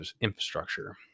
infrastructure